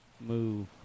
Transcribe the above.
move